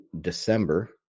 December